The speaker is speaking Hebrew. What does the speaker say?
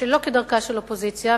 שלא כדרכה של אופוזיציה,